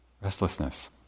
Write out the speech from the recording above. restlessness